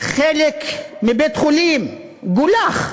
חלק מבית-חולים גולח.